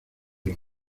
los